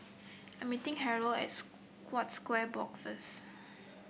I'm meeting Harold at Scotts Square Block first